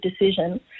decision